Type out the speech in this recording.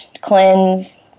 cleanse